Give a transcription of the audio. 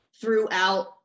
throughout